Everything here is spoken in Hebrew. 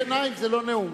קריאת ביניים זה לא נאום.